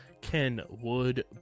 Kenwood